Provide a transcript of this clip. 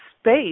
space